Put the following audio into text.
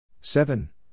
seven